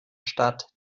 stadt